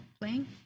playing